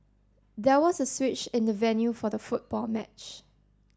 there was a switch in the venue for the football match